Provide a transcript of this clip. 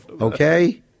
okay